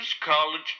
college